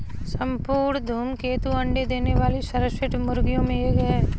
स्वर्ण धूमकेतु अंडे देने वाली सर्वश्रेष्ठ मुर्गियों में एक है